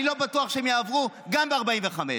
אני לא בטוח שהם יעברו גם ב-45.